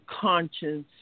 conscience